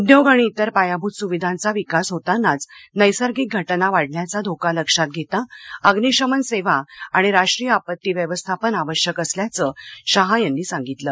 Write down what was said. उद्योग आणि इतर पायाभूत सुविधांचा विकास होतांनाच नैसर्गिक घटना वाढण्याचा धोका लक्षात घेता अग्निशमन सेवा आणि राष्ट्रीय आपत्ती व्यवस्थापन आवश्यक असल्याचं शहा यांनी सांगितलं